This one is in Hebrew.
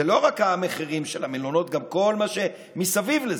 זה לא רק המחירים של המלונות אלא גם כל מה שמסביב לזה,